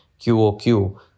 QOQ